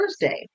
Thursday